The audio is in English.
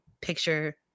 picture